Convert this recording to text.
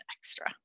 extra